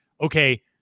okay